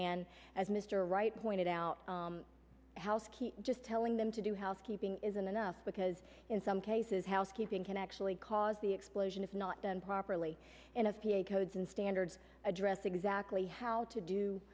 and as mr wright pointed out house key just telling them to do housekeeping isn't enough because in some cases housekeeping can actually cause the explosion if not done properly and of codes and standards address exactly how to do